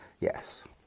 yes